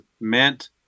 meant